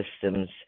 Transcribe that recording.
systems